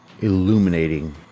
illuminating